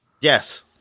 Yes